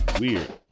Weird